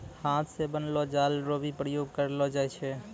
हाथ से बनलो जाल रो भी प्रयोग करलो जाय छै